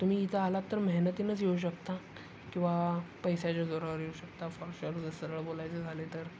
तुम्ही इथं आलात तर मेहनतीनच येऊ शकता किंवा पैशाच्या जोरावर येऊ शकता फॉर शूअर जस सरळ बोलायचं झाले तर